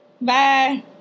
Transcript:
Bye